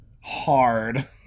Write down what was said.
hard